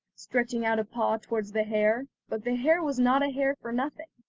stretching out a paw towards the hare but the hare was not a hare for nothing,